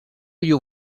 you